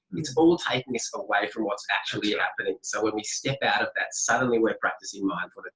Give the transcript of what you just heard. it's all taking us away from what's actually and happening. so when we step out of that, suddenly we're practising mindfulness.